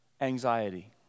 anxiety